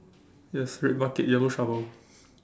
yes red bucket yellow shovel